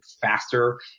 faster